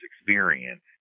experience